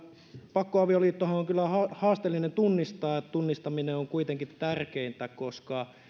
pakkoavioliittohan on kyllä haasteellinen tunnistaa tunnistaminen on kuitenkin tärkeintä koska